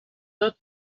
tot